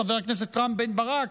חבר הכנסת רם בן ברק,